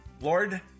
Lord